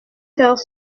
heures